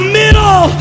middle